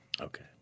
Okay